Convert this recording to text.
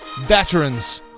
Veterans